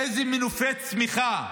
איזה מנופי צמיחה,